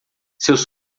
seus